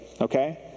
okay